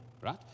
right